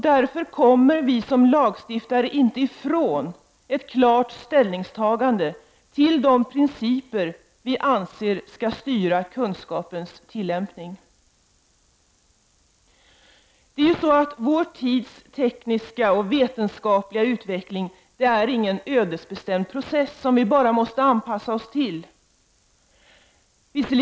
Därför kommer vi som lagstiftare inte ifrån ett klart ställningstagande till de principer som vi anser skall styra tillämpningen av kunskapen. Vår tids tekniska och vetenskapliga utveckling är inte en ödesbestämd process som vi måste anpassa oss till.